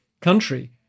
country